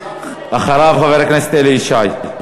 אחריו, חבר הכנסת אלי ישי.